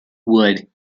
wood